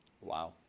Wow